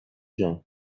جان